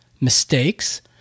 mistakes